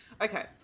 Okay